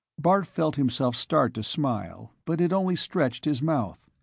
bart felt himself start to smile, but it only stretched his mouth.